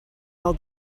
all